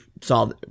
saw –